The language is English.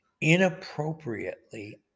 inappropriately